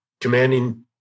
commanding